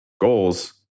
goals